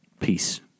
Peace